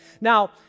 Now